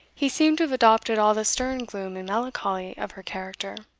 he seemed to have adopted all the stern gloom and melancholy of her character.